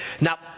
now